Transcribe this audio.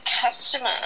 customer